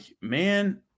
man